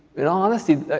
in all honesty,